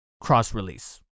cross-release